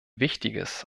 wichtiges